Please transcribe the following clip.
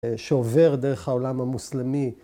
‫שעובר דרך העולם המוסלמי.